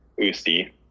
Usti